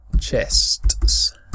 Chests